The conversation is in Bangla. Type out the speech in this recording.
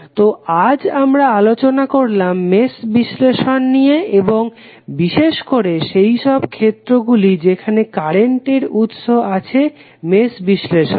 তো আজ আমরা আলোচনা করলাম মেশ বিশ্লেষণ নিয়ে এবং বিশেষ করে সেই সব ক্ষেত্র গুলি যেখানে কারেন্টের উৎস আছে মেশ বিশ্লেষণে